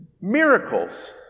miracles